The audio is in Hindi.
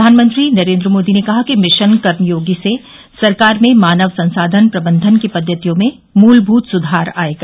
प्रधानमंत्री नरेंद्र मोदी ने कहा कि मिशन कर्मयोगी से सरकार में मानव संसाधन प्रबंधन की पद्धतियों में मूलभूत सुधार आएगा